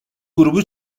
grubu